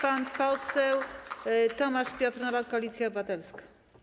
Pan poseł Tomasz Piotr Nowak, Koalicja Obywatelska.